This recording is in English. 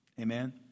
Amen